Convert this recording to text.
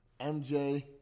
MJ